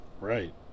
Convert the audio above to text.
Right